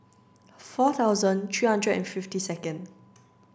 four thousand three hundred and fifty second